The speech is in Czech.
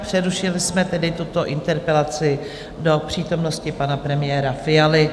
Přerušili jsme tedy tuto interpelaci do přítomnosti pana premiéra Fialy.